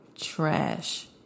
trash